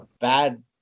bad